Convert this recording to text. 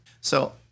So-